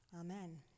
Amen